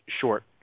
short